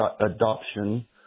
adoption